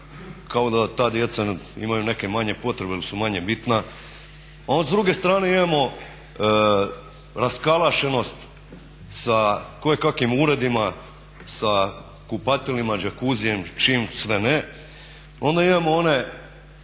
kao da ta djeca imaju neke manje potrebe ili su manje bitna. A s druge strane imamo raskalašenost sa kojekakvim uredima, sa kupatilima, sa jacuziem, čim sve ne. Onda imamo one